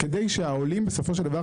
כדי שהעולים בסופו של דבר,